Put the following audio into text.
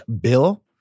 bill